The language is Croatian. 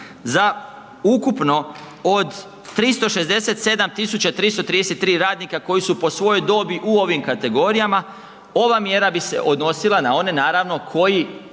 za ukupno od 367 333 radnika koji su po svojoj dobi u ovim kategorijama, ova mjera bi se odnosila na one naravno koji